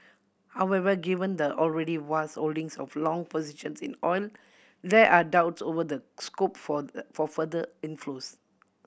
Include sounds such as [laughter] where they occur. however given the already vast holdings of long positions in oil there are doubts over the scope for [noise] for further inflows